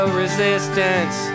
resistance